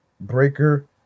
Breaker